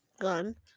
gun